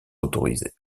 autorisés